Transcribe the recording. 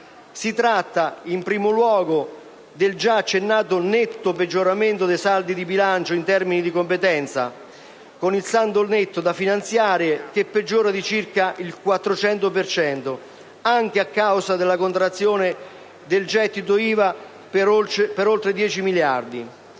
Si tratta, in primo luogo, del già accennato netto peggioramento dei saldi di bilancio in termini di competenza, con il saldo netto da finanziare che peggiora di circa il 400 per cento, anche a causa della contrazione del gettito IVA per oltre 10 miliardi